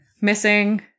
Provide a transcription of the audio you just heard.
missing